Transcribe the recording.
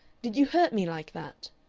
did you hurt me like that?